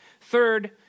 Third